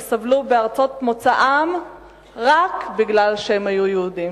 סבלו בארצות מוצאם רק בגלל שהם יהודים.